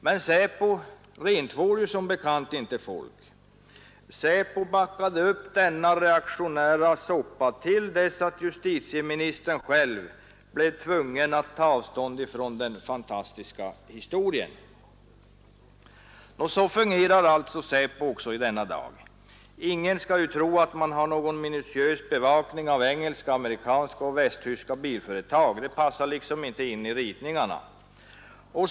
Men SÄPO rentvår som bekant inte folk. SÄPO backade upp denna reaktionära soppa till dess att justitieministern själv blev tvungen att ta avstånd från den fantastiska historien. Så fungerar alltså SÄPO än i denna dag. Ingen skall ju tro att man har någon minutiös bevakning av de engelska, amerikanska eller västtyska bilföretagen. Det passar inte in i ritningarna.